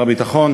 הכספים,